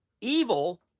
Evil